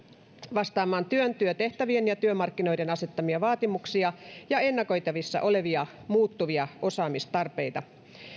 vastaamaan työn työtehtävien ja työmarkkinoiden asettamia vaatimuksia ja ennakoitavissa olevia muuttuvia osaamistarpeita